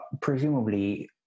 presumably